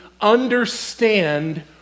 understand